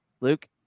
luke